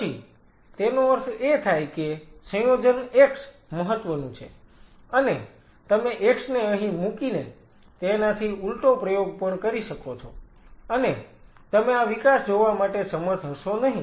પછી તેનો અર્થ એ થાય કે સંયોજન x મહત્વનું છે અને તમે x ને અહીં મુકીને તેનાથી ઉલ્ટો પ્રયોગ પણ કરી શકો છો અને તમે આ વિકાસ જોવા માટે સમર્થ હશો નહિ